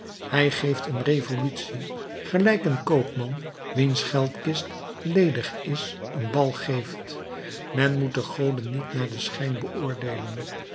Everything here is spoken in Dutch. hij geeft een revolutie gelijk een koopman wiens geldkist ledig is een bal geeft men moet de goden niet naar den schijn beoordeelen